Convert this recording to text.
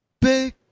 big